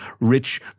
rich